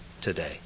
today